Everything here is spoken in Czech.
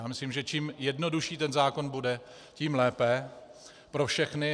Myslím, že čím jednodušší ten zákon bude, tím lépe pro všechny.